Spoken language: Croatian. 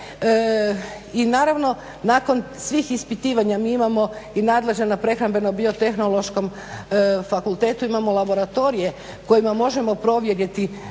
I naravno nakon svih ispitivanja mi imamo i nadležan na Prehrambeno biotehnološkom fakultetu imamo laboratorije kojima možemo provjeriti